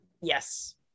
Yes